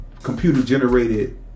Computer-generated